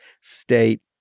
state